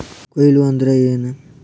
ಕೊಯ್ಲು ಅಂದ್ರ ಏನ್?